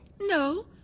No